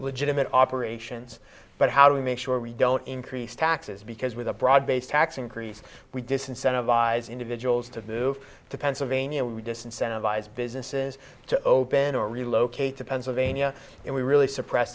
legitimate operations but how do we make sure we don't increase taxes because with a broad based tax increase we disincentive eyes individuals to move to pennsylvania we just incentivize businesses to oban to relocate to pennsylvania and we really suppress